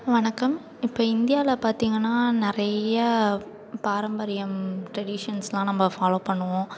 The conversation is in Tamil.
வணக்கம் இப்போ இந்தியாவில் பார்த்தீங்கன்னா நிறையா பாரம்பரியம் ட்ரெடிஷன்ஸெலாம் நம்ப ஃபாலோ பண்ணுவோம்